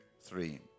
three